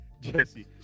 Jesse